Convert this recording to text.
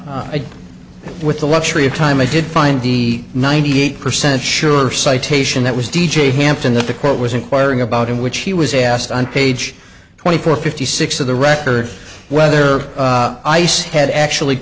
reply with the luxury of time i did find the ninety eight percent sure citation that was d j hampton that the quote was inquiring about in which he was asked on page twenty four fifty six of the record whether ice had actually